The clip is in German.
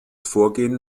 vorgehen